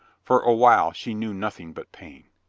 for a while she knew nothing but pain.